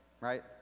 right